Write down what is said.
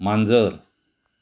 मांजर